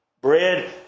Bread